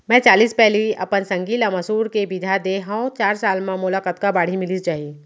मैं चालीस पैली अपन संगी ल मसूर के बीजहा दे हव चार साल म मोला कतका बाड़ही मिलिस जाही?